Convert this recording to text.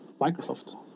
Microsoft